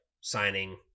signing